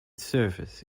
surface